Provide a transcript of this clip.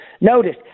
notice